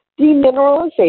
demineralization